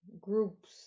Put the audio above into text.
groups